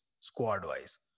squad-wise